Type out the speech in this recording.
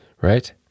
Right